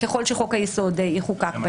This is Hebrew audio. ככל שחוק היסוד יחוקק.